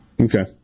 Okay